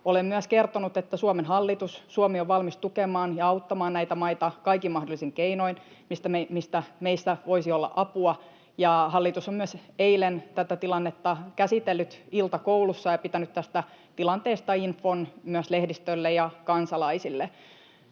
Olen myös kertonut, että Suomen hallitus ja Suomi on valmis tukemaan ja auttamaan näitä maita kaikin mahdollisin keinoin, missä meistä voisi olla apua. Hallitus on myös eilen tätä tilannetta käsitellyt iltakoulussa ja pitänyt tästä tilanteesta infon myös lehdistölle ja kansalaisille.